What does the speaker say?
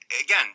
again